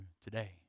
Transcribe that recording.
today